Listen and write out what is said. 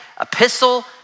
epistle